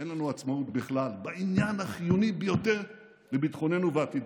אין לנו עצמאות בכלל בעניין החיוני ביותר לביטחוננו ועתידנו.